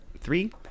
Three